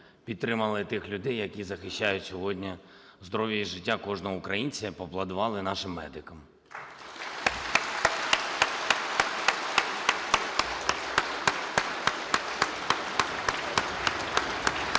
підтримали тих людей, які захищають сьогодні здоров'я і життя кожного українця, і поаплодували нашим медикам. (Оплески)